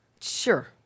Sure